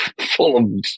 full